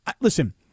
listen